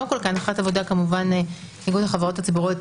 קודם כל כהנחת עבודה כמובן איגוד החברות הציבוריות